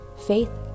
faith